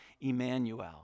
Emmanuel